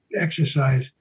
exercise